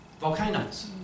volcanoes